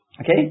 Okay